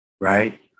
Right